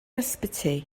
ysbyty